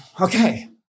okay